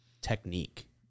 technique